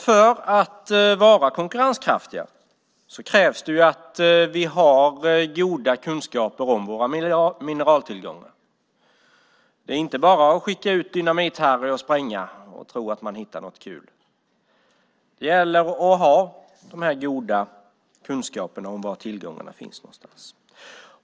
För att vara konkurrenskraftiga krävs att vi har goda kunskaper om våra mineraltillgångar. Det är inte bara att skicka ut Dynamit-Harry att spränga och tro att man hittar något kul. Det gäller att ha de goda kunskaperna om var tillgångarna finns.